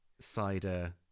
cider